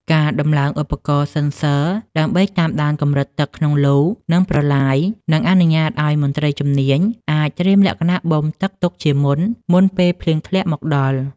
ការដំឡើងឧបករណ៍សិនស័រ (Sensors) ដើម្បីតាមដានកម្រិតទឹកក្នុងលូ និងប្រឡាយ នឹងអនុញ្ញាតឱ្យមន្ត្រីជំនាញអាចត្រៀមលក្ខណៈបូមទឹកទុកជាមុន មុនពេលភ្លៀងធ្លាក់មកដល់។